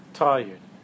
tired